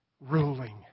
Ruling